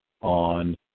on